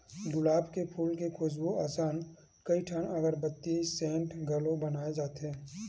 गुलाब के फूल के खुसबू असन कइठन अगरबत्ती, सेंट घलो बनाए जाथे